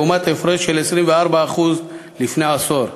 לעומת הפרש של 24% לפני עשור.